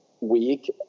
week